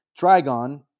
trigon